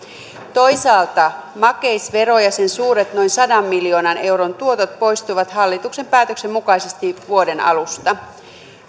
toisaalta makeisvero ja sen suuret noin sadan miljoonan euron tuotot poistuivat hallituksen päätöksen mukaisesti vuoden alusta